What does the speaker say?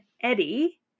Eddie